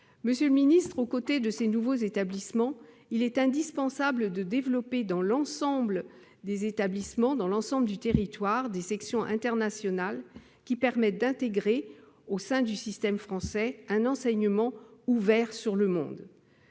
Monsieur le ministre, au côté de ces nouveaux établissements, il est indispensable de développer, sur l'ensemble du territoire, des sections internationales, qui permettent d'intégrer, au sein du système français, un enseignement ouvert sur le monde.